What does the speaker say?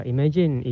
Imagine